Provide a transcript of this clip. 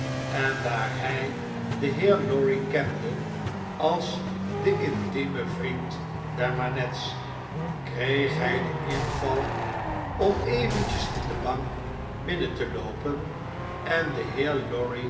en daar hjj den heer lorry kende als den intiemen vriend der manette's kreeg hy den inval om eventjes in de bank binnen te loopen en den heer lorry